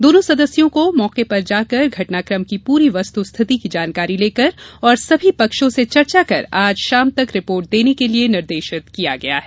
दोनों सदस्यों को मौके पर जाकर घटनाक्रम की पूरी वस्तुस्थिति की जानकारी लेकर और समी पक्षों से चर्चा कर आज शाम तक रिपोर्ट देने के लिये निर्देशित किया गया है